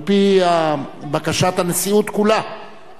על-פי בקשת הנשיאות כולה,